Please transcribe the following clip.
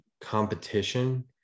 competition